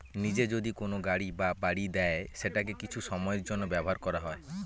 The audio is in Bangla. নিজে যদি কোনো গাড়ি বা বাড়ি দেয় সেটাকে কিছু সময়ের জন্য ব্যবহার করা হয়